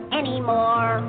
anymore